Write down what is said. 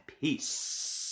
Peace